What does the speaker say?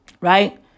right